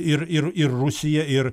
ir ir ir rusija ir